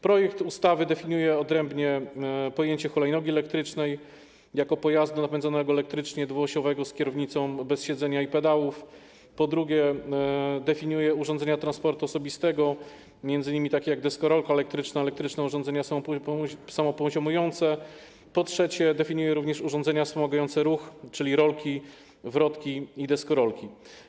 Projekt ustawy, po pierwsze, definiuje odrębnie pojęcie hulajnogi elektrycznej jako pojazdu napędzanego elektrycznie, dwuosiowego, z kierownicą, bez siedzenia i pedałów, po drugie, definiuje urządzenia transportu osobistego, m.in. takie jak deskorolka elektryczna, elektryczne urządzenia samopoziomujące, po trzecie, definiuje również urządzenia wspomagające ruch, czyli rolki, wrotki i deskorolki.